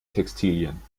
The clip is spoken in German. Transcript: textilien